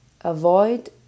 Avoid